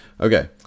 Okay